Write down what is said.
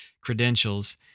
credentials